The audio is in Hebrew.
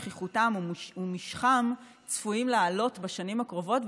שכיחותם ומשכם צפויים לעלות בשנים הקרובות,